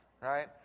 Right